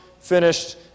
finished